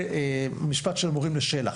זה משפט של מורים לשל"ח.